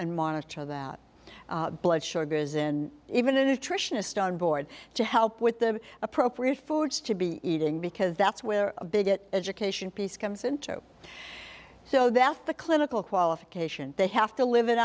monitor that blood sugars in even a nutritionist on board to help with the appropriate foods to be eating because that's where a bigot education piece comes into so that's the clinical qualification they have to live in